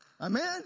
Amen